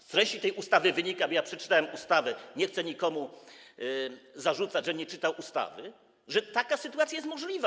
Z treści tej ustawy wynika, bo ja przeczytałem ustawę, ale nie chcę nikomu zarzucać, że nie czytał ustawy, że taka sytuacja także jest możliwa.